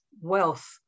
wealth